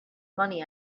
money